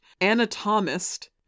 anatomist